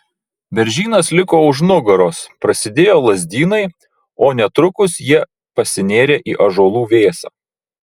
beržynas liko už nugaros prasidėjo lazdynai o netrukus jie pasinėrė į ąžuolų vėsą